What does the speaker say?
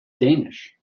danish